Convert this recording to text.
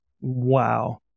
Wow